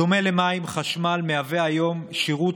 בדומה למים, חשמל כיום הוא שירות